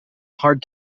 hard